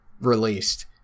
released